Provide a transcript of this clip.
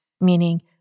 meaning